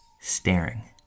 staring